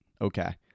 Okay